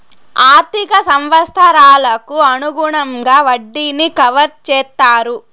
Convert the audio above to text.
ఆర్థిక సంవత్సరాలకు అనుగుణంగా వడ్డీని కవర్ చేత్తారు